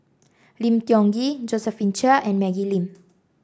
Lim Tiong Ghee Josephine Chia and Maggie Lim